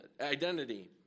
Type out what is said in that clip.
identity